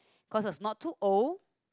cause it's not too old